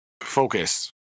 focus